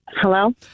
Hello